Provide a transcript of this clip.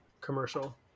commercial